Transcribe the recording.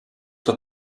der